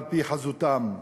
לפי חזותם.